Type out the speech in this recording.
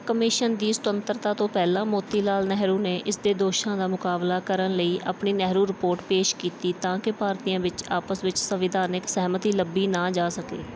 commission ਦੀ ਸੁਤੰਤਰਤਾ ਤੋਂ ਪਹਿਲਾਂ ਮੋਤੀਲਾਲ ਨਹਿਰੂ ਨੇ ਇਸ ਦੇ ਦੋਸ਼ਾਂ ਦਾ ਮੁਕਾਬਲਾ ਕਰਨ ਲਈ ਆਪਣੀ ਨਹਿਰੂ ਰਿਪੋਰਟ ਪੇਸ਼ ਕੀਤੀ ਤਾਂ ਕਿ ਭਾਰਤੀਆਂ ਵਿੱਚ ਆਪਸ ਵਿੱਚ ਸੰਵਿਧਾਨਕ ਸਹਿਮਤੀ ਲੱਭੀ ਨਾ ਜਾ ਸਕੇ